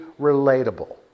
relatable